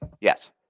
Yes